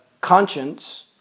conscience